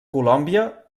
colòmbia